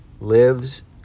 lives